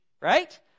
right